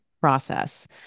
process